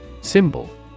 Symbol